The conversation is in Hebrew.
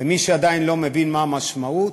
ומי שעדיין לא מבין מה המשמעות,